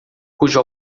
cujo